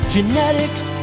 Genetics